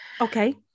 Okay